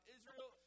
Israel